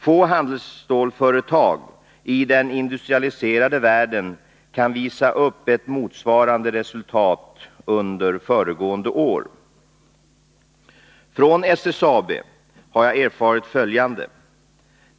Få handelsstålsföretag i den industrialiserade världen kan visa upp ett motsvarande resultat under föregående år. Från SSAB har jag erfarit följande.